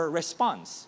response